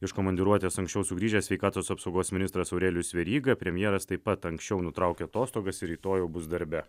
iš komandiruotės anksčiau sugrįžęs sveikatos apsaugos ministras aurelijus veryga premjeras taip pat anksčiau nutraukė atostogas rytoj jau bus darbe